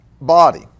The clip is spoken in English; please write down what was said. body